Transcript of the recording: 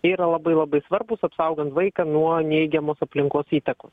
yra labai labai svarbūs apsaugant vaiką nuo neigiamos aplinkos įtakos